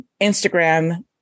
Instagram